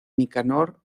nicanor